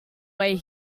way